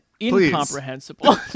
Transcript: incomprehensible